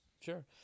sure